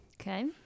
Okay